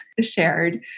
shared